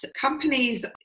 companies